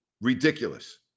ridiculous